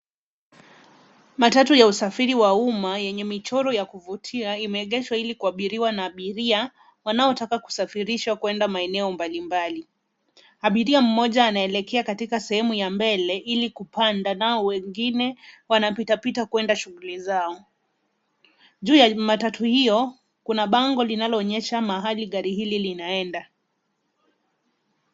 Matatu ya usafiri wa umma yenye michoro ya kuvutia imeegeshwa ili kuabiriwa na abiria wanaotaka kusafirishwa kwenda maeneo mbalimbali. Abiria mmoja anaelekea katika sehemu ya mbele ili kupanda nao wengine wanapita pita kwenda shughuli zao. Juu ya matatu hiyo, kuna bango linaloonyesha mahali gari hili linaenda.